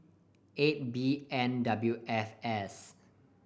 eight B N W F S